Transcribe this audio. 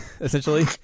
essentially